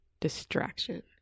Distraction